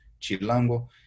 Chilango